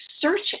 search